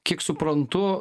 kiek suprantu